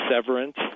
severance